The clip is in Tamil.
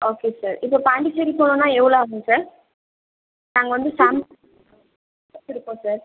ஓகே சார் இப்போ பாண்டிச்சேரி போகனும்ன்னா எவ்வளோ ஆகும் சார் நாங்கள் வந்து வச்சுருக்கோம் சார்